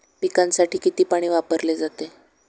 पिकांसाठी किती पाणी वापरले जाते?